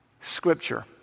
scripture